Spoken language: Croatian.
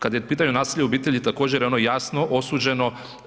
Kad je pitanje nasilje u obitelji također je ono jasno osuđeno.